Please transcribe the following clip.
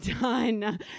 done